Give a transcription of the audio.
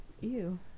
Ew